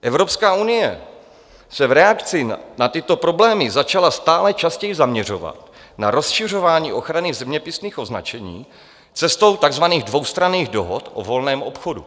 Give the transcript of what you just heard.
Evropská unie se v reakci na tyto problémy začala stále častěji zaměřovat na rozšiřování ochrany zeměpisných označení cestou takzvaných dvoustranných dohod o volném obchodu.